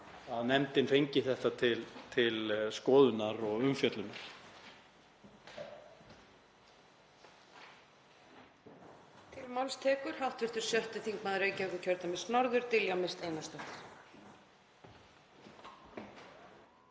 að nefndin fengi þetta til skoðunar og umfjöllunar.